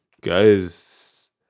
Guys